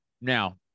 now